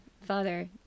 father